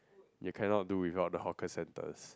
you cannot do without the hawker centers